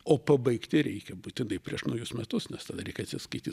o pabaigti reikia būtinai prieš naujus metus nes tada reik atsiskaityt